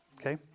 Okay